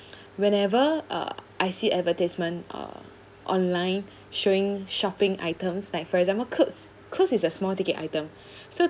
whenever uh I see advertisements uh online showing shopping items like for example clothes clothes is a small ticket item so